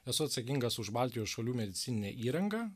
esu atsakingas už baltijos šalių medicininę įrangą